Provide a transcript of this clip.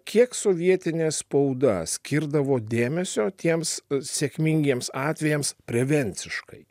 kiek sovietinė spauda skirdavo dėmesio tiems sėkmingiems atvejams prevenciškai